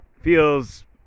feels